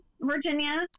Virginia